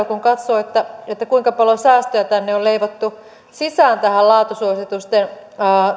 kun katsoo kuinka paljon säästöjä on leivottu sisään tähän laatusuositusten